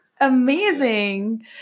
Amazing